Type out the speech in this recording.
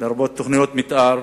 לרבות תוכניות מיתאר,